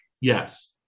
yes